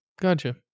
Gotcha